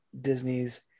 Disney's